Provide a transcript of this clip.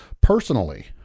Personally